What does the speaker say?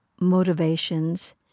motivations